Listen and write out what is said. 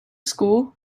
school